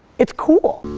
it's cool.